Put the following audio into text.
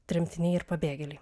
tremtiniai ir pabėgėliai